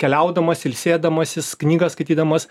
keliaudamas ilsėdamasis knygą skaitydamas